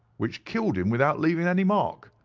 which killed him without leaving any mark.